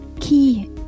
key